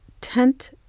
tent